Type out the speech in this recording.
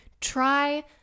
Try